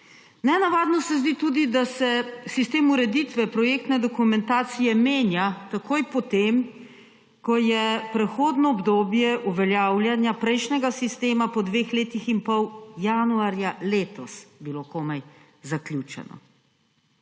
Nenavadno se zdi tudi, da se sistem ureditve projektne dokumentacije menja takoj po tem, ko je bilo prehodno obdobje uveljavljanja prejšnjega sistema po dveh letih in pol zaključeno komaj januarja